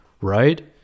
right